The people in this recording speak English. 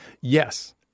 Yes